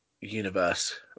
Universe